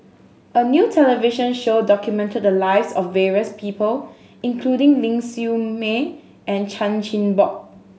a new television show documented the lives of various people including Ling Siew May and Chan Chin Bock